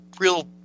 real